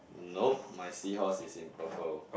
no my seahorse is in purple